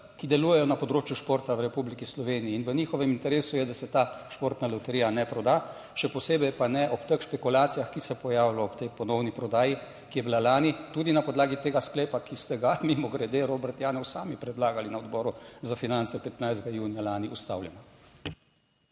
ki delujejo na področju športa v Republiki Sloveniji in v njihovem interesu je, da se ta športna loterija ne proda, še posebej pa ne ob teh špekulacijah, ki se pojavljajo ob tej ponovni prodaji, ki je bila lani tudi na podlagi tega sklepa, **50. TRAK (VI) 13.05** (nadaljevanje) ki ste ga mimogrede Robert Janev sami predlagali na Odboru za finance 15. junija lani ustavljena.